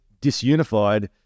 disunified